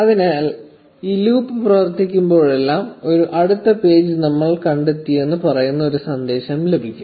അതിനാൽ ഈ ലൂപ്പ് പ്രവർത്തിപ്പിക്കുമ്പോഴെല്ലാം ഒരു അടുത്ത പേജ് നമ്മൾ കണ്ടെത്തിയെന്ന് പറയുന്ന ഈ സന്ദേശം അച്ചടിക്കും